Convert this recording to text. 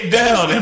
down